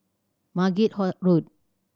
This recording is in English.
Margate Road